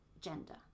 gender